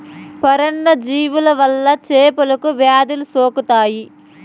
పరాన్న జీవుల వల్ల చేపలకు వ్యాధులు సోకుతాయి